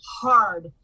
hard